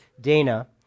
Dana